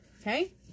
okay